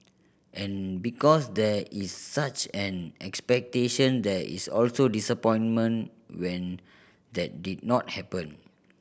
and because there is such an expectation there is also disappointment when that did not happen